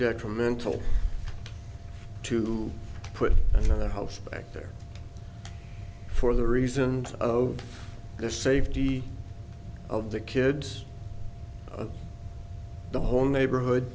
detrimental to put the house back there for the reasons of the safety of the kids of the whole neighborhood